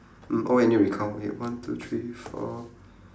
mm oh wait I need recount wait one two three four